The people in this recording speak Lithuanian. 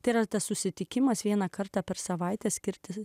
tai yra tas susitikimas vieną kartą per savaitę skirti